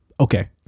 okay